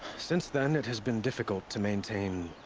since then it has been difficult to maintain.